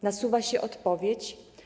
Nasuwa się odpowiedź.